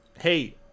Hey